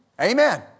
Amen